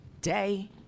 day